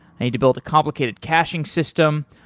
i need to build a complicated caching system,